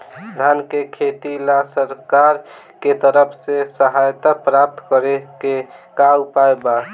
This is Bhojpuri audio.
धान के खेती ला सरकार के तरफ से सहायता प्राप्त करें के का उपाय बा?